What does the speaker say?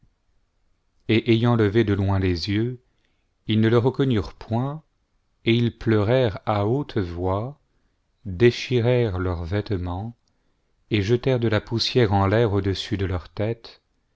et ayant levé de loin les yeux ils ne e reconnurent point et ils pleurèrent à haute voix déchirèrent leurs vêtements et jetèrent de la poussière en l'air audessus de leur tête